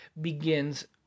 begins